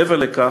מעבר לכך,